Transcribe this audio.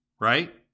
Right